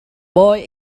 boy